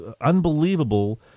unbelievable